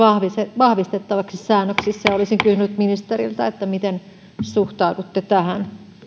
vahvistettavaksi säännöksissä olisin kysynyt ministeriltä miten suhtaudutte tähän